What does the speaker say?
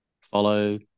follow